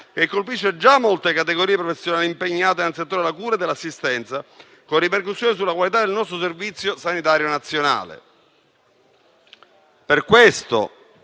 che colpisce già molte categorie professionali impegnate nel settore della cura e dell'assistenza, con ripercussioni sulla qualità del nostro Servizio sanitario nazionale. Per questo,